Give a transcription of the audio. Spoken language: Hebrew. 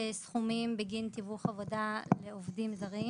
סכומים בגין תיווך עבודה לעובדים זרים.